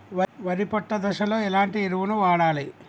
వరి పొట్ట దశలో ఎలాంటి ఎరువును వాడాలి?